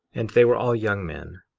and they were all young men,